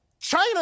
China